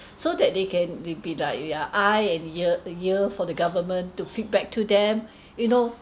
so that they can they be like ya eye and ear the ear for the government to feedback to them you know